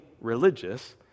religious